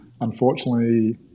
unfortunately